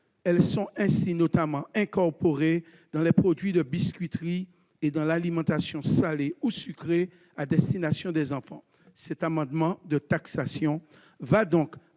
Elles sont notamment incorporées dans les produits de biscuiterie et l'alimentation salée ou sucrée à destination des enfants. L'amendement qui tend